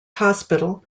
hospital